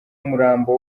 umurambo